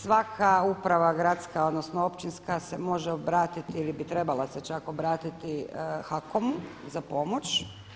Svaka uprava gradska, odnosno općinska se može obratiti ili bi trebala se čak obratiti HAKOM-u za pomoć.